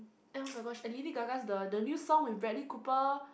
and oh-my-gosh Lady-Gaga the the new song with Bradley-Cooper